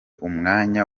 umwanya